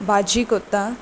भाजी करत्ता